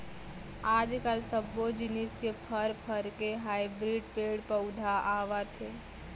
आजकाल सब्बो जिनिस के फर, फर के हाइब्रिड पेड़ पउधा आवत हे